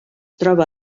troba